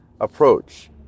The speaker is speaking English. Approach